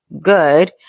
Good